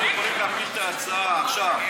אנחנו יכולים להפיל את ההצעה עכשיו,